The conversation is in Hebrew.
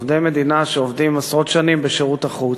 עובדי מדינה שעובדים עשרות שנים בשירות החוץ,